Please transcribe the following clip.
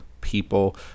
people